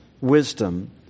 wisdom